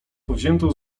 powziętą